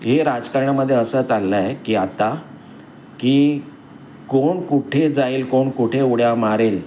हे राजकारणामधे असं चाललं आहे की आता की कोण कुठे जाईल कोण कुठे उड्या मारेल